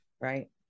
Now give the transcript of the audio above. Right